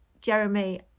Jeremy